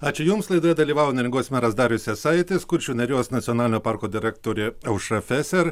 ačiū jums laidoje dalyvavo neringos meras darius jasaitis kuršių nerijos nacionalinio parko direktorė aušra feser